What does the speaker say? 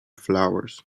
flowers